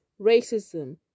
racism